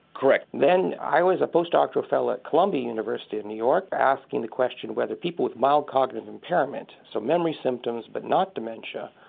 correct. then i was a postdoctoral fellow at columbia university in new york, asking the question whether people with mild cognitive impairment, so memory symptoms but not dementia,